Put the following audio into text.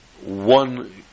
one